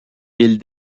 ils